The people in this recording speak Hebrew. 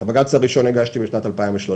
את הבג"ץ הראשון הגשתי בשנת 2013,